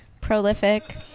Prolific